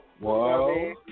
Whoa